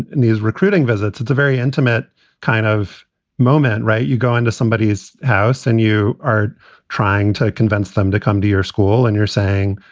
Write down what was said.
in these recruiting visits, it's a very intimate kind of moment, right? you go into somebody's house and you are trying to convince them to come to your school and you're saying,